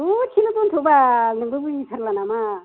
दसेल' दोनथ'बाल नोंबो बुजिथारला नामा